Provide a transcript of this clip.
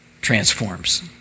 transforms